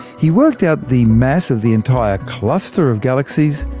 he worked out the mass of the entire cluster of galaxies,